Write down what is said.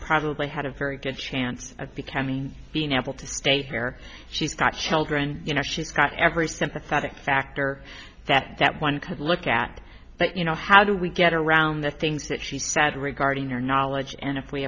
probably had a very good chance of becoming being able to state where she's got children you know she's got every sympathetic factor that that one could look at but you know how do we get around the things that she said regarding her knowledge and if we